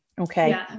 okay